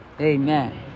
Amen